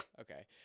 Okay